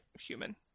human